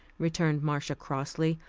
returned marcia crossly,